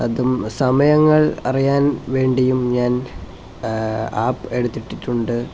അതും സമയങ്ങൾ അറിയാൻ വേണ്ടിയും ഞാൻ ആപ്പ് എടുത്തിട്ടിട്ടുണ്ട്